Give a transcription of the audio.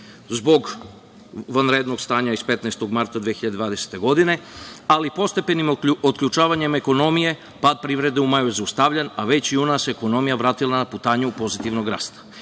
zbog vanrednog stanja iz 15. marta 2020. godine, ali postepenim otključavanjem ekonomije pad privrede u maju je zaustavljen, a u junu se ekonomija vratila na putanju pozitivnog rasta. Da